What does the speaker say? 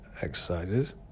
exercises